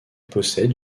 possède